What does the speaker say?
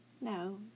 No